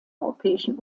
europäischen